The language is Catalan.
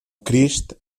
crist